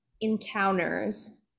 encounters